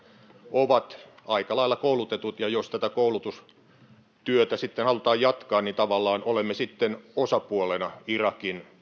ovat aika lailla koulutetut jos tätä koulutustyötä sitten halutaan jatkaa niin tavallaan olemme sitten osapuolena irakin